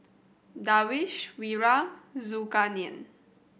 Darwish Wira Zulkarnain